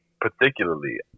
particularly